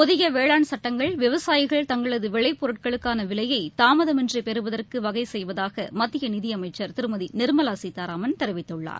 புதியவேளாண் சட்டங்கள் தங்களதுவிளைபொருட்களுக்கானவிலையைதாமதமின்றிபெறுவதற்குவகைசெய்வதாகமத்தியநிதிய மைச்சர் திருமதிநிர்மலாசீதாராமன் தெரிவித்துள்ளார்